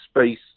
space